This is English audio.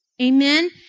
Amen